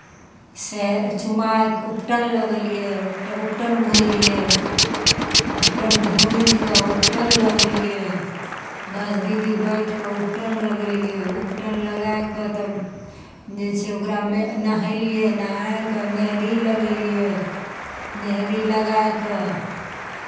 सएह चुमाय कऽ उपटन लगैलियै उप उपटन भुजलियै उपटन भुजि कऽ उपटन लगैलियै दस दीदी बैठि कऽ उपटन लगैलियै उपटन लगाय कऽ तब जे छै ओकरा नै नहयलियै नहाय कऽ मेहदी लगैलियै मेहदी लगाय कऽ